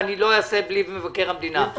ואני לא אעשה בלי מבקר המדינה.